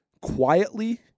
quietly